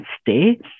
stay